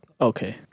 Okay